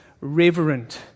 reverent